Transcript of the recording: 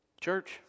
Church